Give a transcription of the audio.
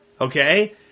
okay